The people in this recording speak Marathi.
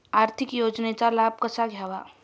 आर्थिक योजनांचा लाभ कसा घ्यावा?